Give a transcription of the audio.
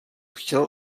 chtěl